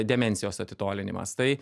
demencijos atitolinimas tai